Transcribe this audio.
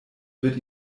wird